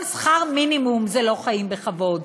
גם שכר מינימום זה לא חיים בכבוד,